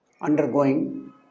undergoing